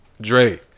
Dre